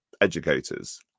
educators